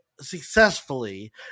successfully